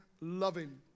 loving